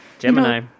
Gemini